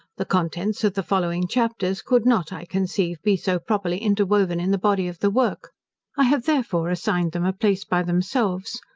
the contents of the following chapters could not, i conceive, be so properly interwoven in the body of the work i have, therefore, assigned them a place by themselves,